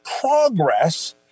progress